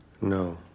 No